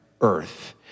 earth